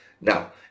now